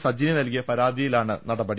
സജിനി നൽകിയ പരാതിയിലാണ് നട പടി